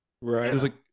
right